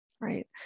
Right